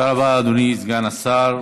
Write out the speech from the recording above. תודה רבה, אדוני סגן השר.